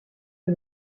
est